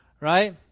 right